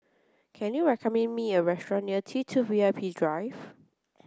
can you recommend me a restaurant near T Two V I P Drive